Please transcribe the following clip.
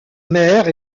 mère